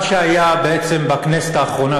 מה שהיה בכנסת האחרונה,